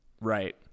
right